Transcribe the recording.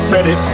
Ready